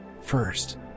First